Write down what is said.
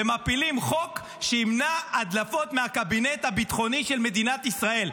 ומפילים חוק שימנע הדלפות מהקבינט הביטחוני של מדינת ישראל.